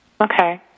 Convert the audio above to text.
okay